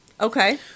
Okay